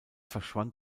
verschwand